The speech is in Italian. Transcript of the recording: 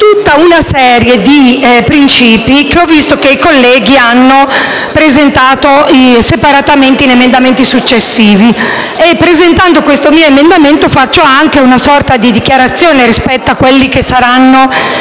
tutta una serie di principi che ho visto i colleghi hanno presentato separatamente negli emendamenti successivi. Presentando questo emendamento faccio anche una sorta di dichiarazione rispetto alle tracce, che saranno